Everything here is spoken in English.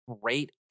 great